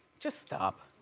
just stop.